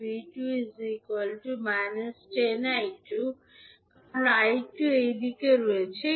এবং 𝐕2 −10𝐈2 কারণ 𝐈2 এই দিকে রয়েছে